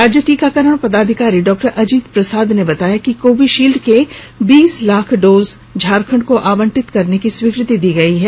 राज्य टीकाकरण पदाधिकारी डॉ अजित प्रसाद ने बताया कि कोविशील्ड के बीस लाख डोज झारखंड को आवंटित करने की स्वीकृति दी गई है